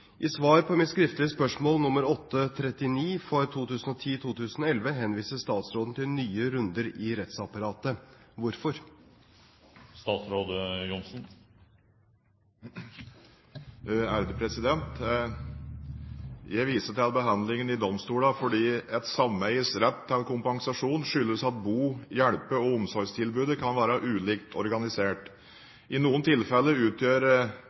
I svar på mitt skriftlige spørsmål nr. 839 for 2010–2011 henviser statsråden til nye runder i rettsapparatet. Hvorfor?» Jeg viser til behandlingen i domstolene, fordi et sameies rett til kompensasjon skyldes at bo-, hjelpe- og omsorgstilbudet kan være ulikt organisert. I noen tilfeller utgjør